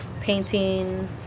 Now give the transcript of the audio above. painting